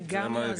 זה גם יעזור.